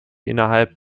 innerhalb